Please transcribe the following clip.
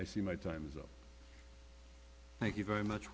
i see my time's up thank you very much